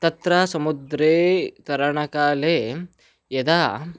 तत्र समुद्रे तरणकाले यदा